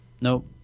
Nope